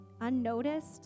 unnoticed